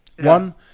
One